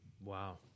Wow